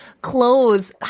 clothes